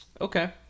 okay